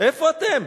איפה אתם?